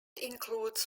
includes